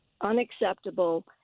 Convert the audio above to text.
unacceptable